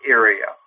area